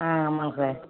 ஆ ஆமாம் சார்